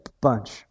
bunch